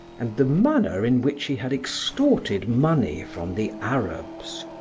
and the manner in which he had extorted money from the arabs.